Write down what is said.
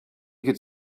could